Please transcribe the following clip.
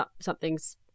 something's